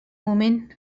moment